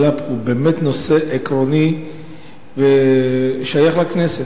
פה הוא באמת נושא עקרוני ושייך לכנסת,